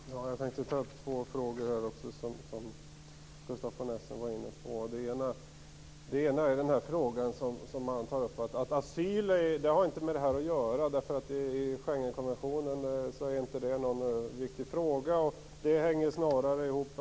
Herr talman! Jag tänkte ta upp två frågor som Gustaf von Essen var inne på. Den ena gäller att asyl inte skulle ha med detta att göra, eftersom den i Schengenkonventionen inte räknas som en riktig fråga.